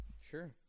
Sure